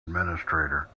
administrator